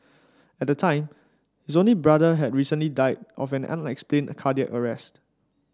at the time his only brother had recently died of an unexplained cardiac arrest